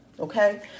Okay